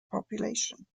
population